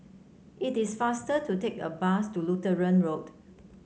it is faster to take a bus to Lutheran Road